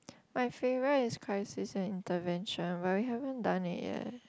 my favourite is crisis and intervention but we haven't done it yet